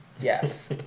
Yes